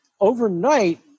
overnight